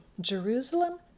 Jerusalem